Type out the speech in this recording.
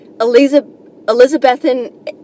Elizabethan